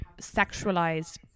sexualized